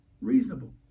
reasonable